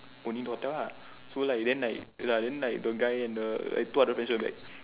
only hotel lah so like then like ya then like the guy and like two other friends will be like